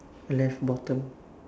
left bottom